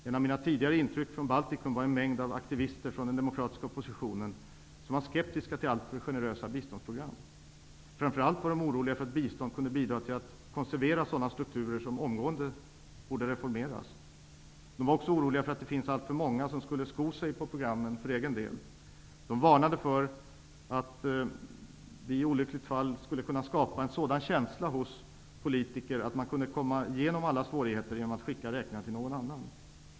Ett av mina tidigare intryck från Baltikum är den mängd aktivister från den demokratiska oppositionen som var skeptiska till alltför generösa biståndsprogram. Framför allt var de oroliga för att bistånd kunde bidra till att sådana strukturer konserveras som omgående borde reformeras. De var också oroliga för att alltför många för egen del skulle sko sig på programmen. De varnade för att vi i sämsta fall skulle kunna skapa en känsla hos politiker att det går att komma igenom alla svårigheter genom att skicka räkningar till någon annan.